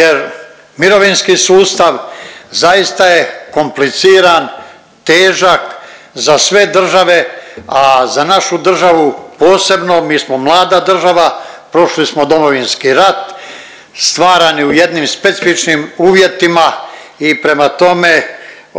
jer mirovinski sustav zaista je kompliciran, težak za sve države, a za našu državu posebno. Mi smo mlada država, prošli smo Domovinski rat, stvarani u jednim specifičnim uvjetima i prema tome